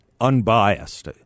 unbiased